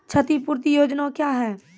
क्षतिपूरती योजना क्या हैं?